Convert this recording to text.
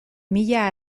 mila